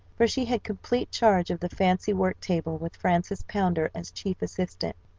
for she had complete charge of the fancy-work table with frances pounder as chief assistant.